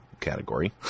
Category